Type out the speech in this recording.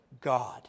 God